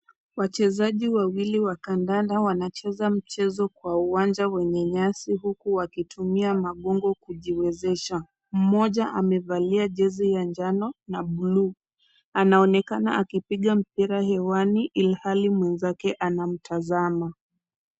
Wachezaji wawili wa kandanda wanacheza mchezo kwa uwanja wenye nyasi huku wakitumia magungu kujiwezesha. Mmoja amevalia jezi ya njano na buluu. Anaonekana akipiga mpira hewani ilhali mwenzake anamtazama.